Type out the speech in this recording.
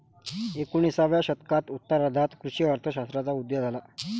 एकोणिसाव्या शतकाच्या उत्तरार्धात कृषी अर्थ शास्त्राचा उदय झाला